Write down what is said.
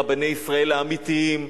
רבני ישראל האמיתיים.